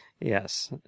Yes